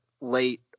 late